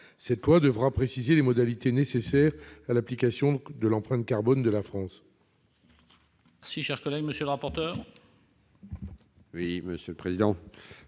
Cette loi devra préciser les modalités nécessaires à l'application de l'empreinte carbone de la France.